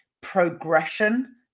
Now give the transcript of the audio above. progression